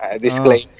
disclaimer